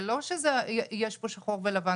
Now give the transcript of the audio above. זה לא שיש פה שחור ולבן.